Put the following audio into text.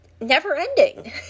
never-ending